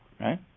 Right